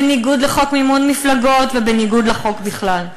בניגוד לחוק מימון מפלגות ובניגוד לחוק בכלל.